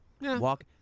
Walk